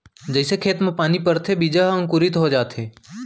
जइसे खेत म पानी परथे बीजा ह अंकुरित हो जाथे